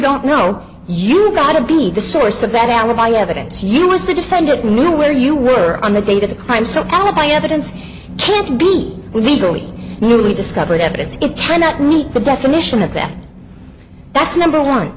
don't know you got to be the source of that alibi evidence you miss the defendant knew where you were on the date of the crime so alibi evidence can't be legally newly discovered evidence it cannot meet the definition of them that's number one